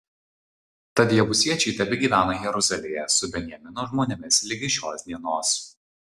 tad jebusiečiai tebegyvena jeruzalėje su benjamino žmonėmis ligi šios dienos